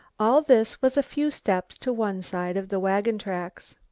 all this was a few steps to one side of the wagon tracks.